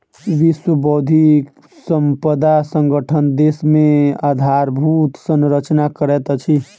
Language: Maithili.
विश्व बौद्धिक संपदा संगठन देश मे आधारभूत संरचना करैत अछि